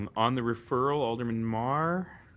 um on the referral, alderman mar?